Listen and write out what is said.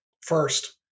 First